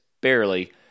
barely